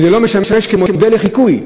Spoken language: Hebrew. האם זה לא משמש מודל לחיקוי?